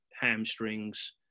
hamstrings